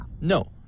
No